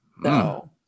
no